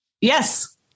Yes